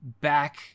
back